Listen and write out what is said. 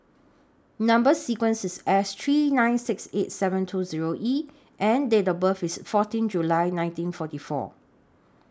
Number sequence IS S three nine six eight seven two Zero E and Date of birth IS fourteen July nineteen forty four